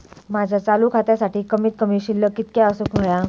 माझ्या चालू खात्यासाठी कमित कमी शिल्लक कितक्या असूक होया?